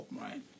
Right